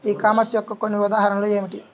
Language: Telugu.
ఈ కామర్స్ యొక్క కొన్ని ఉదాహరణలు ఏమిటి?